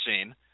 seen